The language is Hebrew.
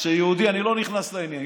אני לא נכנס לעניין,